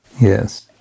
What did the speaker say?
yes